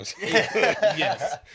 Yes